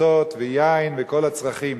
מצות ויין וכל הצרכים.